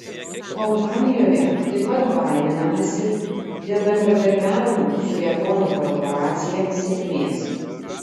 kompanijoje taip pat baiminamasi dėl bendradarbiavimo su japonų korporacija sėkmės